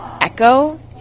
echo